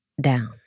down